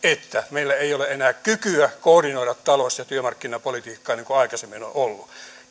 meillä ei ole enää kykyä koordinoida talous ja työmarkkinapolitiikkaa niin kuin aikaisemmin on ollut